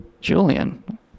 Julian